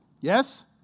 Yes